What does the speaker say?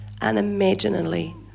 unimaginably